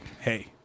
hey